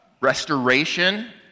restoration